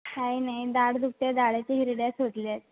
काय नाही दाढ दुखते आहे दाढेची हिरड्या सुजल्यात